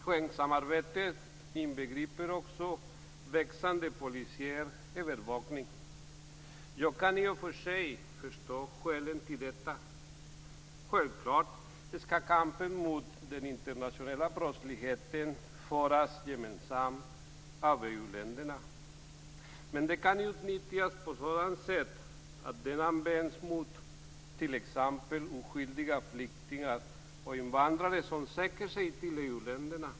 Schengensamarbetet inbegriper också växande polisiär övervakning. Jag kan i och för sig förstå skälen till detta. Självklart skall kampen mot den internationella brottsligheten föras gemensamt av EU-länderna. Men detta kan utnyttjas på ett sådant sätt att det används mot t.ex. oskyldiga flyktingar och invandrare som söker sig till EU-länderna.